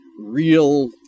real